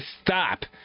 Stop